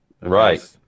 Right